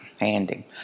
handing